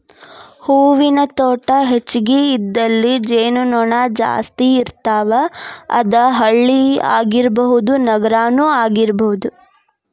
ಹೂವಿನ ತೋಟಾ ಹೆಚಗಿ ಇದ್ದಲ್ಲಿ ಜೇನು ನೊಣಾ ಜಾಸ್ತಿ ಇರ್ತಾವ, ಅದ ಹಳ್ಳಿ ಆಗಿರಬಹುದ ನಗರಾನು ಆಗಿರಬಹುದು